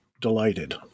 delighted